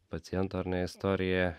paciento ar ne istorija